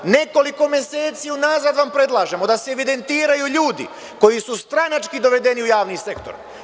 Nekoliko meseci unazad vam predlažemo da se evidentiraju ljudi koji su stranački dovedeni u javni sektor.